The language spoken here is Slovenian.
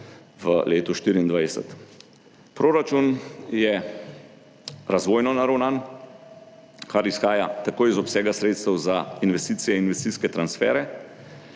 v letu 2024. Proračun je razvojno naravnan, kar izhaja tako iz obsega sredstev za investicije in investicijske transfere.